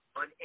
on